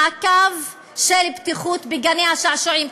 מעקב של בטיחות בגני-השעשועים.